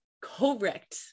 correct